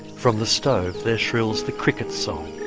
from the stove there shrills the cricket's song,